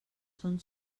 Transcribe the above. són